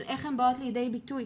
של איך הן באות לידי ביטוי.